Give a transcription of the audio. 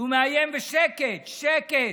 והוא מאיים בשקט, שקט.